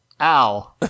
Ow